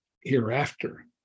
hereafter